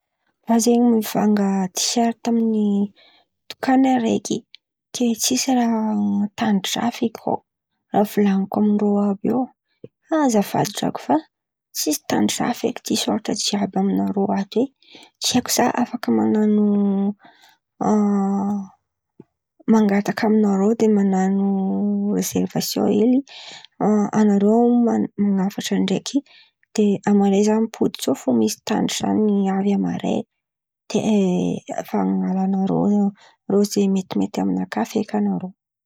Zah zen̈y mivanga tiserta amin̈'ny dokany araiky, ke tsisy raha tandry zah feky ao. Raha volan̈iko amindrô olo àby ao: a azafady drako fa tsisy tandry zah feky tiserta jiàby aminarô ato; tsy haiko za afaka man̈ano mangataka aminarô. De man̈ano reserivasiôn hely a- anarô man̈afatra ndraiky, de amaray zah mipody tsôa fo misy tandry zah amin̈'ny avy amaray de avahan̈arô rô metimety aminakà feky anarô,